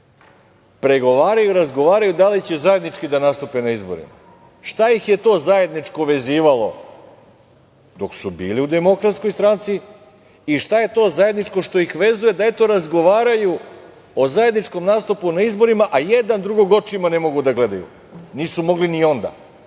pregovaraju i razgovaraju da li će zajednički da nastupe na izborima? Šta ih je to zajedničko vezivalo dok su bili u Demokratskoj stranci i šta je to zajedničko što ih vezuje da razgovaraju o zajedničkom nastupu na izborima, a jedan drugog očima ne mogu da gledaju, a nisu mogli ni onda?